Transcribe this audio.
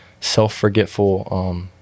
self-forgetful